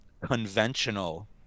conventional